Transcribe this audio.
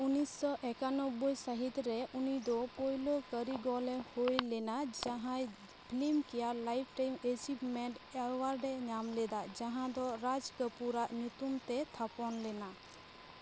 ᱩᱱᱤᱥᱚ ᱮᱠᱟᱱᱚᱵᱽᱵᱚᱭ ᱥᱟᱹᱦᱤᱛ ᱨᱮ ᱩᱱᱤᱫᱚ ᱯᱳᱭᱞᱳ ᱠᱟᱹᱨᱤᱜᱚᱞᱮ ᱦᱩᱭ ᱞᱮᱱᱟ ᱡᱟᱦᱟᱸᱭ ᱯᱷᱞᱤᱢᱯᱷᱮᱭᱟᱨ ᱞᱟᱭᱤᱵᱽᱴᱟᱭᱤᱢ ᱮᱪᱤᱵᱽᱢᱮᱱᱴ ᱮᱣᱟᱨᱰ ᱮ ᱧᱟᱢ ᱞᱮᱫᱟ ᱡᱟᱦᱟᱸ ᱫᱚ ᱨᱟᱡᱽ ᱠᱟᱹᱯᱩᱨᱟᱜ ᱧᱩᱛᱩᱢ ᱛᱮ ᱛᱷᱟᱯᱚᱱ ᱞᱮᱱᱟ